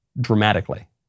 dramatically